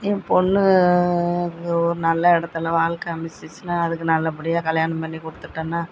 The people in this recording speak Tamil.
என் பொண்ணுக்கு ஒரு நல்ல இடத்துல வாழ்க்கை அமைஞ்சுருச்சின்னா அதுக்கு நல்லபடியாக கல்யாணம் பண்ணி கொடுத்துட்டேன்னா